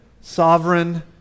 sovereign